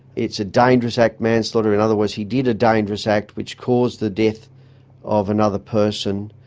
it's a dangerous act, manslaughter, in other words he did a dangerous act which caused the death of another person.